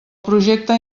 projecte